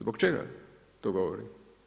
Zbog čega to govorim?